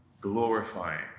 glorifying